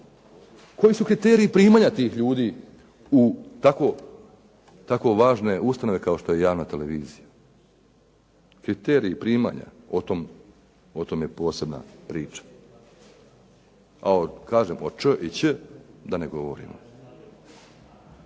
Koji su kriteriji primanja ljudi u tako važne ustanove kao što je javna televizija. Kriterij primanja, o tome je posebna priča. A o č i ć da ne govorim.